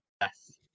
Yes